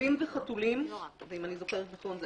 כלבים וחתולים, ואם אני זוכרת נכון זה